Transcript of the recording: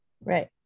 Right